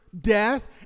death